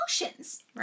emotions